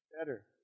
better